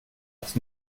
dass